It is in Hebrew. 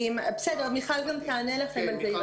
היא תענה לכם על זה.